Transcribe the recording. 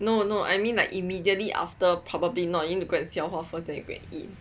no no I mean like immediately after probably not need to 消化 first then you can go and eat